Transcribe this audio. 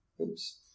Oops